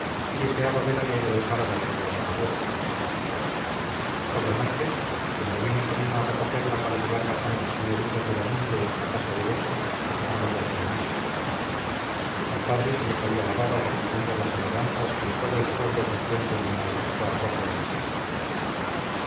y deseaba ver al héroe para darle la enhorabuena por la noche cuando vino sabino a recogerla para llevarla con las señoritas de gaminde a casa de este hablaron de lo mismo al padre se le caía la baba repitiendo las alabanzas que en todo el pueblo se hacían del inaudito arrojo del chico